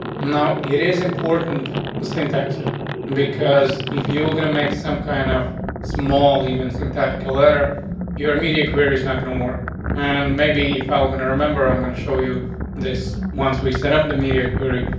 now, it is important this in texture because if you're gonna make some kind of small, even syntactical letter your media queries not gonna work on, and maybe if i were going to remember, i'm going to show you this once we set up the media query,